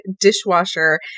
dishwasher